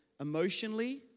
emotionally